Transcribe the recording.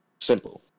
simple